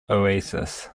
oasis